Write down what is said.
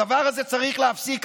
את הדבר הזה צריך להפסיק.